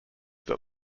that